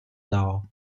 dar